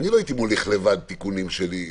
לא הייתי מוליך לבד תיקונים שלי,